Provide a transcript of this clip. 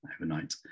overnight